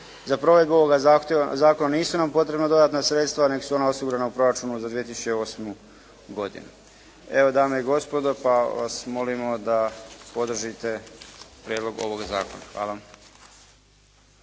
Za provedbu ovoga zakona nisu nam potrebna dodatna sredstva, nego su ona osigurana u proračunu za 2008. godinu. Evo, dame i gospodo, pa vas molimo da podržite prijedlog ovog zakona. Hvala.